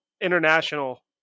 international